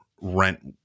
rent